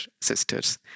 sisters